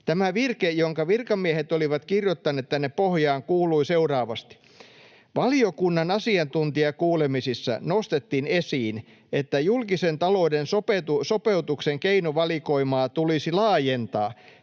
Tämä virke, jonka virkamiehet olivat kirjoittaneet tänne pohjaan, kuului seuraavasti: ”Valiokunnan asiantuntijakuulemisissa nostettiin esiin, että julkisen talouden sopeutuksen keinovalikoimaa tulisi laajentaa